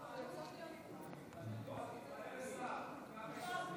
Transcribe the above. אפשר למנות